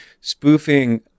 spoofing